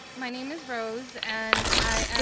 my name is rose. and i